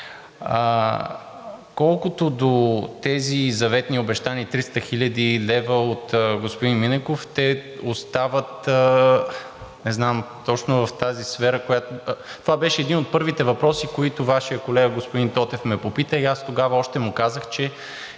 Колкото до тези заветни обещани 300 хил. лв. от господин Минеков, те остават, не знам точно, в тази сфера, това беше един от първите въпроси, които Вашият колега господин Тотев ме попита и аз още тогава му казах, че